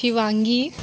Shivangi